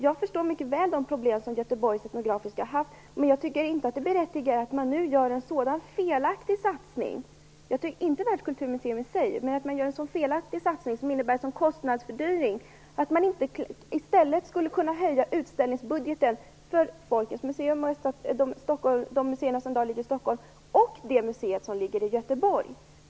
Jag förstår mycket väl de problem som Etnografiska museet i Göteborg har haft, men jag tycker inte att det motiverar att man nu gör en felaktig satsning. Jag syftar då inte på ett världskulturmuseum i sig utan på en felaktig satsning som innebär en kostnadsfördyring. Man skulle i stället kunna höja utställningsbudgeten för Folkens museum, museerna i Stockholm och det museum som ligger i Göteborg.